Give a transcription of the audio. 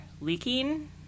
Leaking